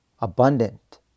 abundant